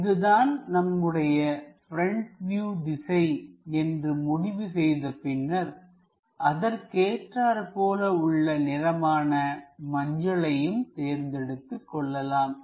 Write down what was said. இதுதான் நம்முடைய front view திசை என்று முடிவு செய்த பின்னர் அதற்கேற்றார்போல உள்ள நிறமான மஞ்சளையும் தேர்ந்தெடுத்துக் கொள்ளலாம்